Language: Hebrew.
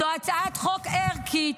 זו הצעת חוק ערכית.